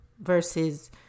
versus